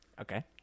Okay